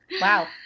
wow